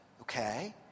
okay